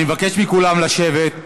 אני מבקש מכולם לשבת.